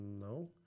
no